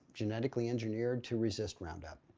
genetically engineered to resist roundup.